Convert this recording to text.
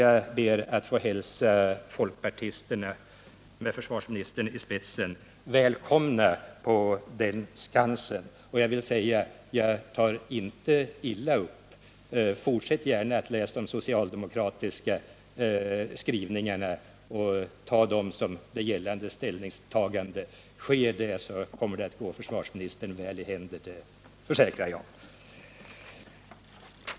Jag ber att få hälsa folkpartisterna med försvarsministern i spetsen välkomna på den skansen. Jag tar inte illa upp. Fortsätt gärna att läsa de socialdemokratiska skrivningarna och att lägga dessa till grund för era ställningstaganden. Gör försvarsministern så kommer det att gå honom väl i händerna — det försäkrar jag.